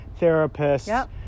therapists